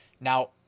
Now